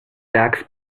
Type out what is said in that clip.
tax